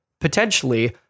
potentially